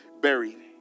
buried